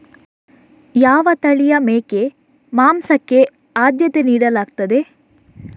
ಯಾವ ತಳಿಯ ಮೇಕೆ ಮಾಂಸಕ್ಕೆ ಆದ್ಯತೆ ನೀಡಲಾಗ್ತದೆ?